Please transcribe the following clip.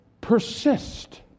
persist